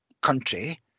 country